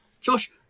Josh